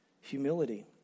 Humility